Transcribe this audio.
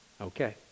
Okay